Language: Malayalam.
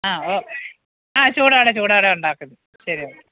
ആ ഓ ആ ചൂടോടെ ചൂടോടെ ഉണ്ടാക്കുന്നത് ശരിയെന്നാൽ